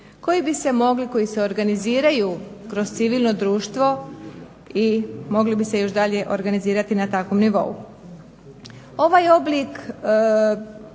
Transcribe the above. koji bi se mogli, koji se organiziraju kroz civilno društvo i mogli bi se još dalje organizirati na takvom nivou. Ovaj oblik